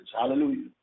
Hallelujah